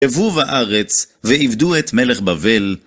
עבוב הארץ, ועבדו את מלך בבל.